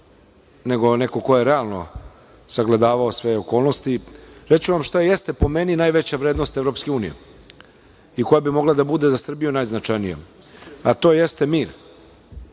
nego neko ko je realno sagledavao sve okolnosti, reći ću vam šta jeste, po meni, najveća vrednost Evropske unije i koja bi mogla da bude za Srbiju najznačajnija, a to jeste – mir.